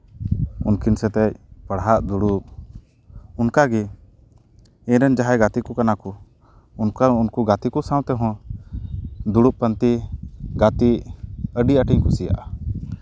ᱩᱱᱠᱤᱱ ᱥᱟᱛᱮᱜ ᱯᱟᱲᱦᱟᱜ ᱫᱩᱲᱩᱵ ᱚᱱᱠᱟ ᱜᱮ ᱤᱧ ᱨᱮᱱ ᱡᱟᱦᱟᱸᱭ ᱜᱟᱛᱮ ᱠᱚ ᱠᱟᱱᱟ ᱠᱚ ᱚᱱᱠᱟ ᱩᱱᱠᱩ ᱜᱟᱛᱮ ᱠᱚ ᱥᱟᱶ ᱛᱮᱦᱚᱸ ᱫᱩᱲᱩᱵ ᱯᱟᱱᱛᱮ ᱜᱟᱛᱮᱜ ᱟᱹᱰᱤ ᱟᱸᱴᱤᱧ ᱠᱩᱥᱤᱭᱟᱜᱼᱟ